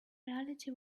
reality